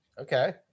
Okay